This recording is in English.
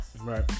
right